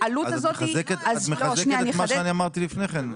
את מחזקת את מה שאמרתי קודם לכן.